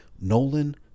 Nolan